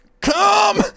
Come